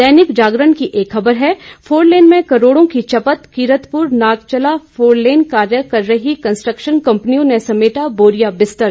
दैनिक जागरण की एक खबर है फोरलेन से करोड़ों की चपत किरतपुर नागचला फोरलेन कार्य कर रही कंस्ट्रशन कंपनियों ने समेटा बोरिया बिस्तर